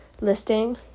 listing